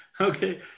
Okay